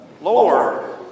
Lord